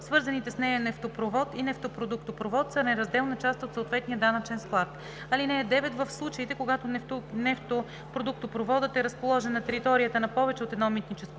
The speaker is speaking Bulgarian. свързаните с нея нефтопровод и нефтопродуктопровод са неразделна част от съответния данъчен склад. (9) В случаите, когато нефтопродуктопроводът е разположен на територията на повече от едно митническо